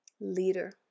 leader